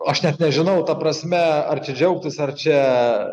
aš net nežinau ta prasme ar čia džiaugtis ar čia